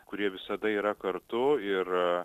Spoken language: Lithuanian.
kurie visada yra kartu ir